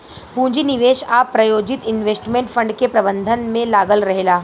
पूंजी निवेश आ प्रायोजित इन्वेस्टमेंट फंड के प्रबंधन में लागल रहेला